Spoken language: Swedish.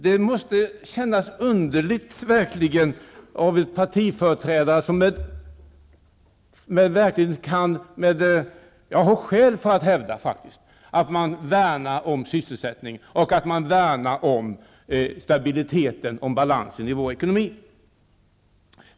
Det måste kännas underligt för en partiföreträdare som faktiskt har skäl att hävda att partiet värnar om sysselsättningen, om stabiliteten och om balansen i vår ekonomi.